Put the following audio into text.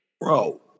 Bro